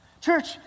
Church